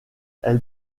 elle